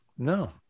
No